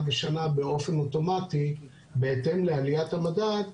ושנה באופן אוטומטי בהתאם לעליית המדד,